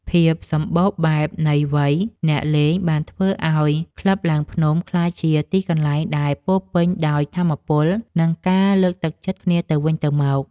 ភាពសម្បូរបែបនៃវ័យអ្នកលេង បានធ្វើឱ្យក្លឹបឡើងភ្នំក្លាយជាទីកន្លែងដែលពោរពេញដោយថាមពល និងការលើកទឹកចិត្តគ្នាទៅវិញទៅមក។